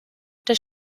does